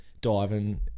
diving